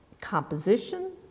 composition